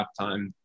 halftime